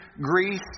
Greece